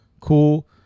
cool